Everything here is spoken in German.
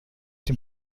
dem